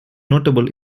notable